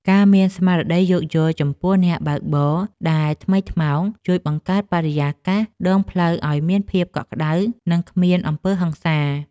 ការមានស្មារតីយោគយល់ចំពោះអ្នកបើកបរដែលថ្មីថ្មោងជួយបង្កើតបរិយាកាសដងផ្លូវឱ្យមានភាពកក់ក្ដៅ និងគ្មានអំពើហិង្សា។